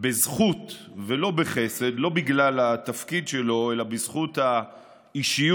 בזכות ולא בחסד לא בגלל התפקיד שלו אלא בזכות האישיות